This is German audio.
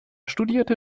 studierte